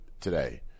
today